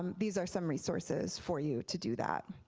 um these are some resources for you to do that.